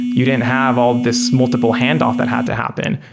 you didn't have all this multiple handoff that had to happen.